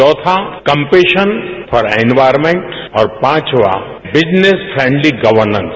चौथा compassion and environment और पांचवां बिजनेस फ्रेंडली गवर्नन्स